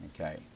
Okay